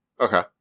Okay